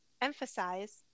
emphasize